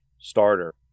starter